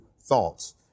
thoughts